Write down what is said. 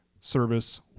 service